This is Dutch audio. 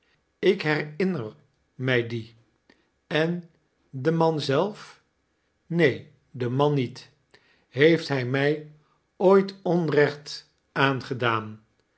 ik herinner mij dien en den man zelf neen den man niet heeft hij mij ooit onrecht aangedaan